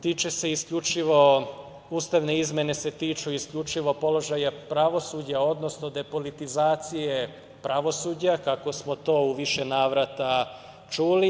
Tiče se isključivo, ustavne izmene se tiču isključivo položaja pravosuđa, odnosno depolitizacije pravosuđa, kako smo to u više navrata čuli.